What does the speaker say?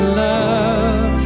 love